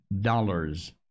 dollars